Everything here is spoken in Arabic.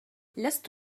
لست